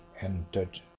entered